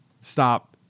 stop